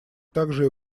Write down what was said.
также